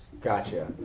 Gotcha